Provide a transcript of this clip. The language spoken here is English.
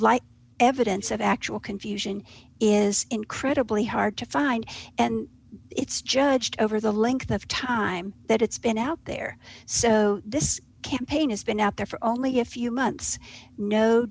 like evidence of actual confusion is incredibly hard to find and it's judged over the length of time that it's been out there so this campaign has been out there for only a few months no